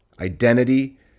identity